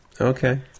Okay